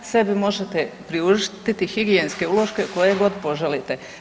Sebi možete priuštiti higijenske uloške koje god poželite.